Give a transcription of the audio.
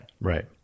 Right